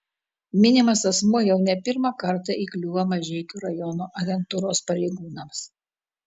minimas asmuo jau ne pirmą kartą įkliūva mažeikių rajono agentūros pareigūnams